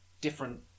different